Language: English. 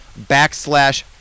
backslash